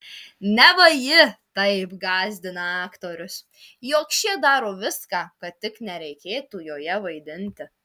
neva ji taip gąsdina aktorius jog šie daro viską kad tik nereikėtų joje vaidinti